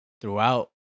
throughout